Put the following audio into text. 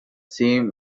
seems